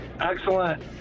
Excellent